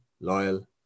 loyal